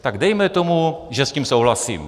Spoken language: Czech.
Tak dejme tomu, že s tím souhlasím.